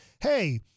hey